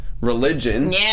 religion